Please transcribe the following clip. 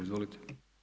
Izvolite.